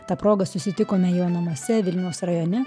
ta proga susitikome jo namuose vilniaus rajone